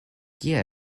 kia